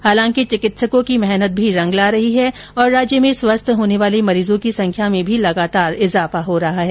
हालांकि चिकित्सकों की मेहनत भी रंग ला रही है और राज्य में स्वस्थ होने वाले मरीजों की संख्या में भी लगातार इजाफा हो रहा है